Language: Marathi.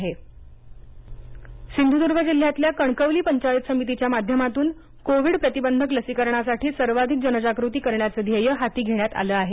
लसीकरण जनजागती सिंधदर्ग सिंधुदुर्ग जिल्ह्यातल्या कणकवली पंचायत समितीच्या माध्यमातून कोविड प्रतिबंधक लसीकरणासाठी सर्वाधिक जनजागृती करण्याचं ध्येय हाती घेण्यात आलं आहे